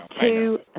two